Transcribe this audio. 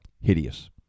Hideous